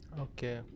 okay